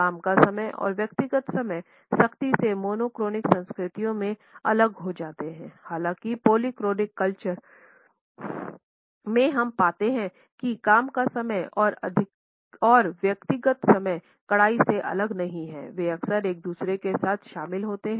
काम का समय और व्यक्तिगत समय सख्ती से मोनोक्रोनिक संस्कृतियों में अलग हो जाते हैं हालाँकिपॉलीक्रोनिक कल्चर में हम पाते हैं कि काम का समय और व्यक्तिगत समय कड़ाई से अलग नहीं है वे अक्सर एक दूसरे के साथ शामिल होते हैं